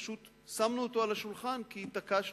פשוט שמנו אותו על השולחן כי התעקשנו.